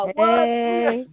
hey